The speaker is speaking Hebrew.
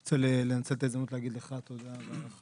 אני רוצה לנצל את ההזדמנות להגיד לך תודה והערכה